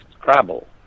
Scrabble